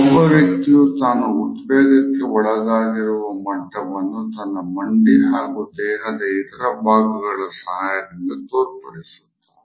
ಒಬ್ಬ ವ್ಯಕ್ತಿಯು ತಾನು ಉದ್ವೇಗಕ್ಕೆ ಒಳಗಾಗಿರುವ ಮಟ್ಟವನ್ನು ತನ್ನ ಮಂಡಿ ಹಾಗೂ ದೇಹದ ಇತರ ಭಾಗಗಳ ಸಹಾಯದಿಂದ ತೋರ್ಪಡಿಸುತ್ತಾರೆ